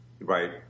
right